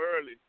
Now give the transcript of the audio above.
early